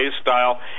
style